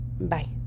bye